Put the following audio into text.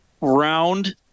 round